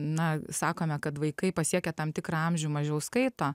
na sakome kad vaikai pasiekia tam tikrą amžių mažiau skaito